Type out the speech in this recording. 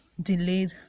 delayed